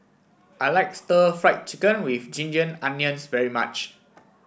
I like Stir Fried Chicken with Ginger Onions very much